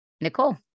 Nicole